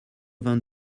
vingt